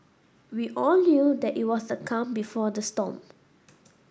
we all knew that it was the calm before the storm